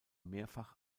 mehrfach